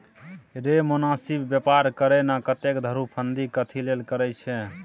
रे मोनासिब बेपार करे ना, एतेक धुरफंदी कथी लेल करय छैं?